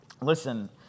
Listen